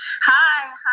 hi